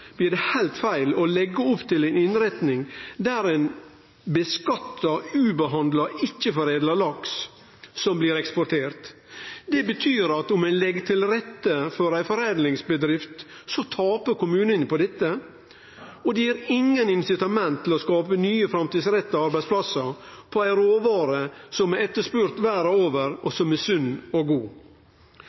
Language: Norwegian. blir det heilt feil å leggje opp til ei innretning der ein skattlegg ubehandla ikkje-foredla laks som blir eksportert. Det betyr at om ein legg til rette for ei foredlingsbedrift, så tapar kommunane på dette, og det gir ingen incitament til å skape nye, framtidsretta arbeidsplassar baserte på ei råvare som er etterspurd verda over, og som er sunn og god.